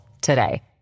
today